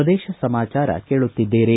ಪ್ರದೇಶ ಸಮಾಚಾರ ಕೇಳುತ್ತಿದ್ದೀರಿ